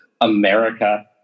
America